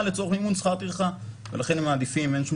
לצורך מימון שכר טרחה ולכן הם מעדיפים אין שום